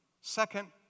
second